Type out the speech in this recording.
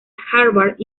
harvard